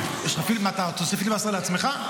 אתה רוצה --- מה, אתה עושה פיליבסטר לעצמך?